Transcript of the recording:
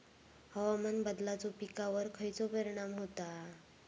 हवामान बदलाचो पिकावर खयचो परिणाम होता?